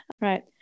Right